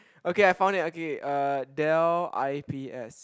okay I found it okay uh Dell i_p_s